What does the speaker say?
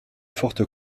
forte